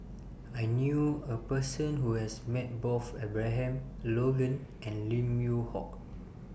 I knew A Person Who has Met Both Abraham Logan and Lim Yew Hock